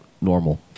normal